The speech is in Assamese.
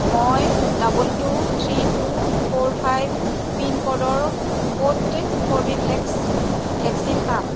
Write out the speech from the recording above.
মই double two three two four five পিনক'ডৰ ক'ত কোভিভেক্স ভেকচিন পাম